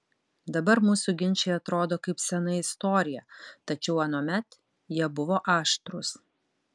dabar mūsų ginčai atrodo kaip sena istorija tačiau anuomet jie buvo aštrūs